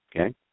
Okay